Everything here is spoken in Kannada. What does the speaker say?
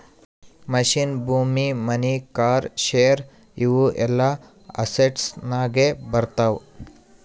ಮಷಿನ್, ಭೂಮಿ, ಮನಿ, ಕಾರ್, ಶೇರ್ ಇವು ಎಲ್ಲಾ ಅಸೆಟ್ಸನಾಗೆ ಬರ್ತಾವ